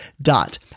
dot